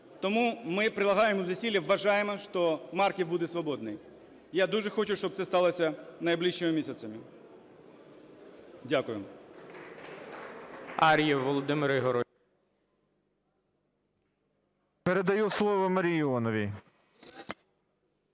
Тому ми прилагаем зусилля, вважаємо, що Марків буде свободный. Я дуже хочу, щоб це сталось найближчими місяцями. Дякую.